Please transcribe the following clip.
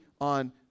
on